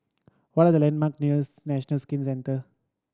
what are the landmark nears National Skin Centre